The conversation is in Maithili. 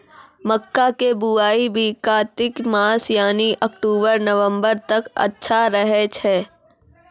मक्का के बुआई भी कातिक मास यानी अक्टूबर नवंबर तक अच्छा रहय छै